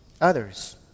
others